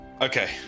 Okay